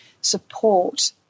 support